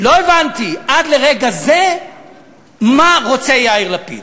לא הבנתי עד לרגע זה מה רוצה יאיר לפיד.